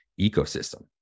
ecosystem